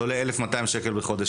זה עולה 1,200 בחודש,